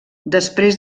després